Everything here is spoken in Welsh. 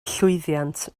llwyddiant